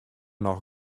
noch